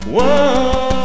Whoa